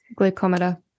glucometer